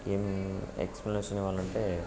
ఏం ఎక్స్ప్లెనేషన్ ఇవ్వాలంటే